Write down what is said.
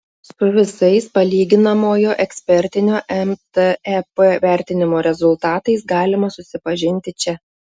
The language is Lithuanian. su visais palyginamojo ekspertinio mtep vertinimo rezultatais galima susipažinti čia